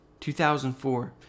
2004